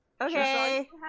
Okay